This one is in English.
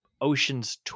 Oceans